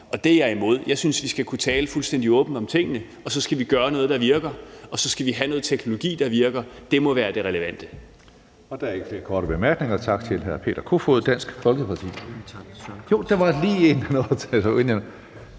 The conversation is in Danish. og det er jeg imod. Jeg synes, vi skal kunne tale fuldstændig åbent om tingene, og så skal vi gøre noget, der virker, og så skal vi have noget teknologi, der virker. Det må være det relevante.